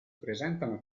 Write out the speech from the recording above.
presentano